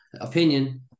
opinion